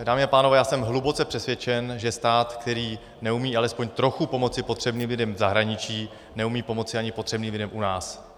Dámy a pánové, já jsem hluboce přesvědčen, že stát, který neumí alespoň trochu pomoci potřebným lidem v zahraničí, neumí pomoci ani potřebným lidem u nás.